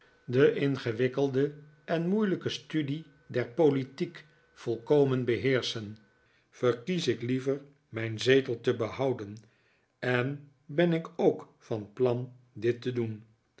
de ingewikkelde en moeilijke studie der politiek volkomen beheerschen verkies ik liever mijn zetel te behouden en ben ik ook van plan dit te doen